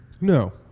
No